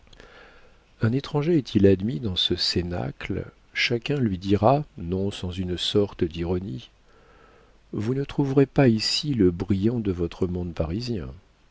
un étranger est-il admis dans ce cénacle chacun lui dira non sans une sorte d'ironie vous ne trouverez pas ici le brillant de votre monde parisien